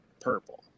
purple